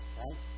right